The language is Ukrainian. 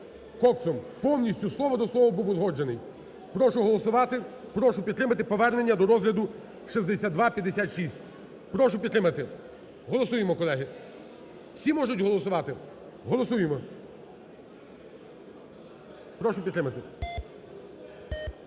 Коксом. Повністю слово до слова був узгоджений. Прошу голосувати, прошу підтримати повернення до розгляду 6256. Прошу підтримати. Голосуємо, колеги. Всі можуть голосувати? Голосуємо. Прошу підтримати.